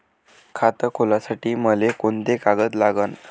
खात खोलासाठी मले कोंते कागद लागन?